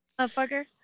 motherfucker